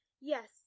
Yes